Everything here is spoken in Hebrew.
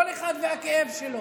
כל אחד והכאב שלו.